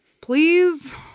please